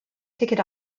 ticket